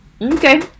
okay